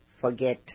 forget